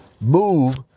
move